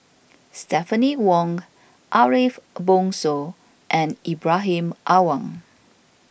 Stephanie Wong Ariff Bongso and Ibrahim Awang